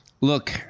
look